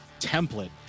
template